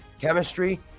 chemistry